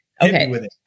Okay